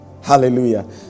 Hallelujah